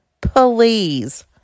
please